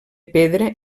pedra